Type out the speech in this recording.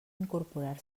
incorporar